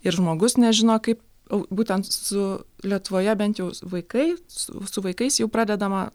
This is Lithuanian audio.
ir žmogus nežino kaip o būtent su lietuvoje bent jau vaikai su vaikais jau pradedama